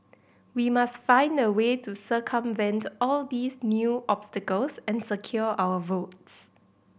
we must find a way to circumvent all these new obstacles and secure our votes